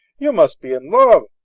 you must be in love.